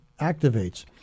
activates